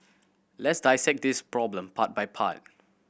let's dissect this problem part by part